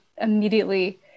immediately